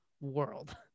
world